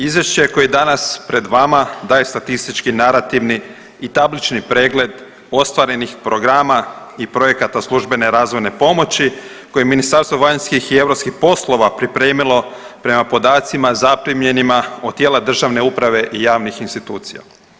Izvješće koje je danas pred vama daje statistički, narativni i tablični pregled ostvarenih programa i projekata službene razvojne pomoći koje Ministarstvo vanjskih i europskih poslova pripremilo prema podacima zaprimljenima od tijela državne uprave i javnih institucija.